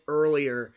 earlier